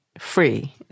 free